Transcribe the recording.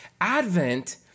Advent